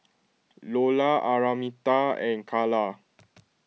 Lola Araminta and Karla